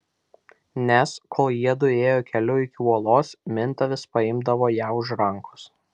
nes kol jiedu ėjo keliu iki uolos minta vis paimdavo ją už rankos